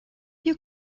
you